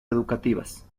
educativas